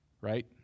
right